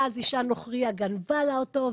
ואז אישה נוכרייה גנבה לה אותה.